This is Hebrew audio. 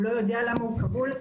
הוא לא יודע למה הוא כבול.